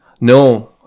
No